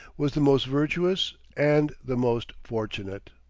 was the most virtuous and the most fortunate.